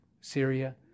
Syria